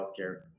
Healthcare